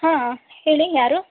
ಹಾಂ ಹೇಳಿ ಯಾರು